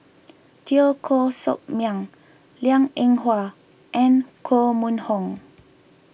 Teo Koh Sock Miang Liang Eng Hwa and Koh Mun Hong